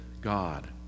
God